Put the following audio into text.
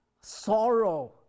sorrow